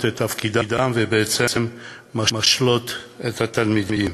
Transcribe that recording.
את תפקידן ובעצם משלות את התלמידים,